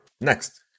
next